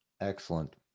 excellent